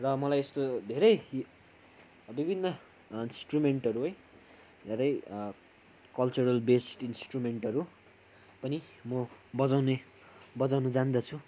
र मलाई यस्तो धेरै विभिन्न इन्सट्रुमेन्टहरू है धेरै कल्चरल बेस्ड इन्सट्रुमेन्टहरू पनि म बजाउने बजाउनु जान्दछु